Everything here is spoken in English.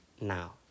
now